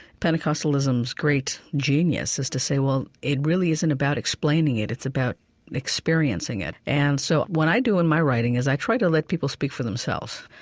pentecostalism's great genius is to say, well, it really isn't about explaining it, it's about experiencing it. and so i do in my writing is, i try to let people speak for themselves,